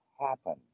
happen